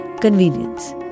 convenience